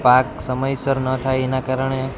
પાક સમયસર ન થાય એના કારણે